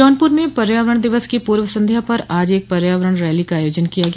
जौनपुर में पर्यावरण दिवस की पूर्व संध्या पर आज एक पर्यावरण रैली का आयोजन किया गया